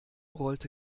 rollte